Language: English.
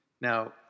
Now